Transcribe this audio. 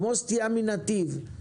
כמו סטייה מנתיב.